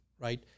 right